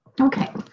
Okay